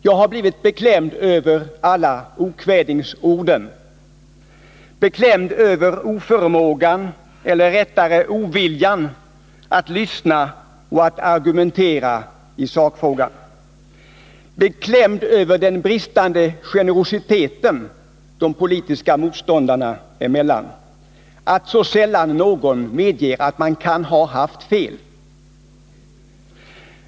Jag har blivit beklämd över alla okvädingsorden, beklämd över oförmågan, eller rättare sagt oviljan, att lyssna och att argumentera i sakfrågorna, beklämd över den bristande generositeten de politiska motståndarna emellan, över att så sällan någon medger att man kan ha haft fel.